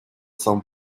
some